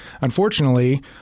unfortunately